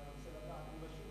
אני רק רוצה לדעת אם משיב